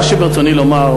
מה שברצוני לומר,